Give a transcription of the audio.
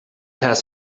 has